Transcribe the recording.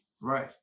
Right